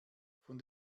von